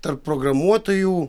tarp programuotojų